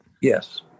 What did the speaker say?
Yes